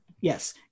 yes